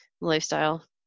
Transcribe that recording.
lifestyle